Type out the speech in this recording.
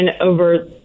over